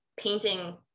painting